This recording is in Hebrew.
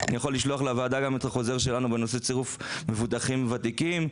ואני יכול לשלוח את החוזר שלנו בנושא צירוף מבוטחים ותיקים.